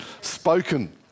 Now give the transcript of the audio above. spoken